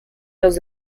los